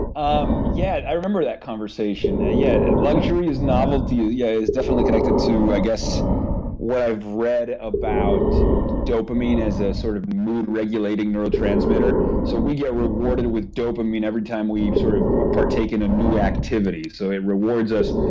um yeah i remember that conversation. yeah yes, luxury is novelty, and yeah is definitely connected to i guess what i've read about dopamine as a sort of mood regulator you know transmitter. so we get rewarded with dopamine every time we sort of ah partake in a new activity, so it rewards us.